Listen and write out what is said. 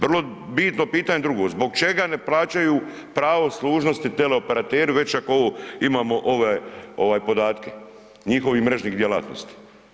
Vrlo bitno pitanje drugo, zbog čega ne plaćaju pravo služnosti teleoperateri već ako imamo ove podatke, njihovih mrežnih djelatnosti?